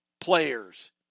players